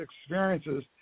experiences